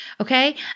Okay